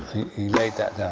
he laid that down,